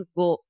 go